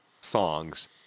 songs